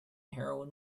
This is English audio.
heroin